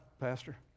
pastor